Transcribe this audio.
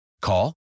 Call